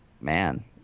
man